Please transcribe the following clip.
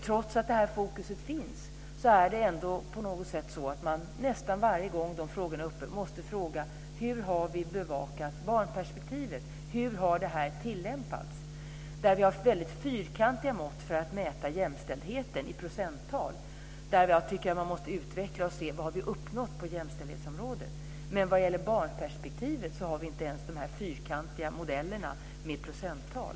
Trots att detta fokus finns är det ändå på något sätt så att man nästan varje gång dessa frågor tas upp måste fråga hur barnperspektivet har bevakats och hur detta har tillämpats. Vi har väldigt fyrkantiga mått för att mäta jämställdheten i procenttal. Jag tycker att man måste utveckla detta och se vad vi har uppnått på jämställdhetsområdet. Men när det gäller barnperspektivet har vi inte ens dessa fyrkantiga modeller med procenttal.